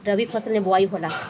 रबी फसल मे बोआई होला?